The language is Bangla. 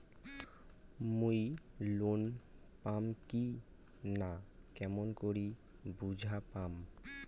মুই লোন পাম কি না কেমন করি বুঝা পাম?